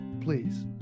please